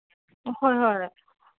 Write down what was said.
ꯍꯣꯏ ꯍꯣꯏ